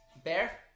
Bear